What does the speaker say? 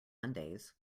mondays